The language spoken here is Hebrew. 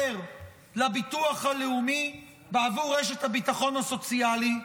לביטוח הלאומי בעבור רשת הביטחון הסוציאלי,